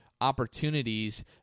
opportunities